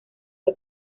fue